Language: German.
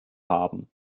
haben